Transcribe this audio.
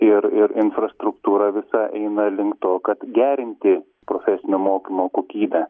ir ir infrastruktūra visa eina link to kad gerinti profesinio mokymo kokybę